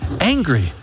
angry